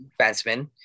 defenseman